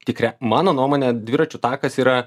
tikria mano nuomone dviračių takas yra